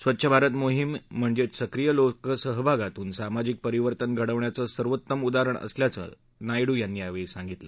स्वच्छ भारत मोहीम म्हणजे सक्रीय लोकसहभागातून सामाजिक परिवर्तन घडवण्याचं सर्वोत्तम उदाहरण असल्याचं नायडू यांनी यावेळी सांगितलं